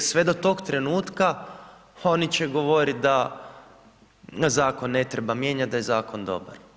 Sve do tog trenutka, oni će govoriti, da zakon ne treba mijenjati, da je zakon dobar.